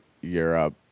Europe